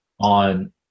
on